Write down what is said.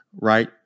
right